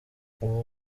ubu